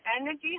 energy